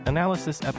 Analysis